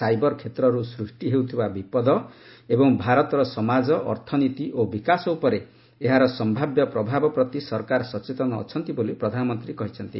cyber କ୍ଷେତ୍ରରୁ ସୃଷ୍ଟି ହେଉଥିବା ବିପଦ ଏବଂ ଭାରତର ସମାଜ ଅର୍ଥନୀତି ଓ ବିକାଶ ଉପରେ ଏହାର ସମ୍ଭାବ୍ୟ ପ୍ରଭାବ ପ୍ରତି ସରକାର ସଚେତନ ଅଛନ୍ତି ବୋଲି ପ୍ରଧାନମନ୍ତ୍ରୀ କହିଛନ୍ତି